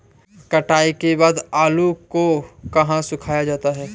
कटाई के बाद आलू को कहाँ सुखाया जाता है?